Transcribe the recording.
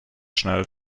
schnell